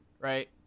Right